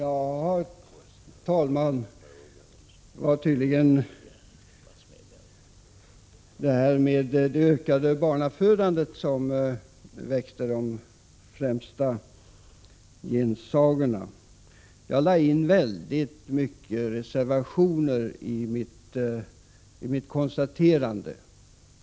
Herr talman! Det var tydligen mitt uttalande om det ökade barnafödandet som väckte de främsta gensagorna. Jag lade in väldigt många reservationer i mitt konstaterande.